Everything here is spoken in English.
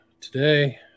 today